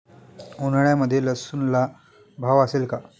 उन्हाळ्यामध्ये लसूणला भाव असेल का?